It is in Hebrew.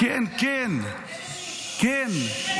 נגד